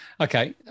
Okay